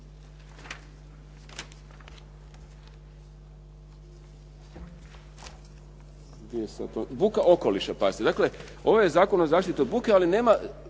buka okoliša. Pazite, dakle ovo je Zakon o zaštiti od buke, ali nema